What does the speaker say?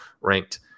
ranked